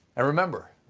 and remember,